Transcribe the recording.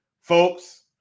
folks